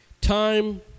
time